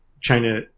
china